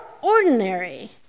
ordinary